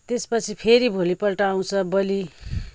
त्यसपछि फेरि भोलिपल्ट आउँछ बलि